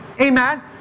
Amen